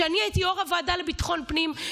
כשאני הייתי יו"ר הוועדה לביטחון פנים,